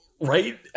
Right